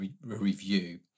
review